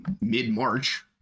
mid-March